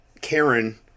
karen